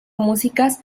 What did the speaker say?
músicas